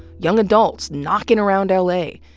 young adults knocking around l a.